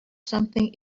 something